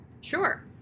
Sure